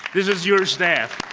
this is your staff.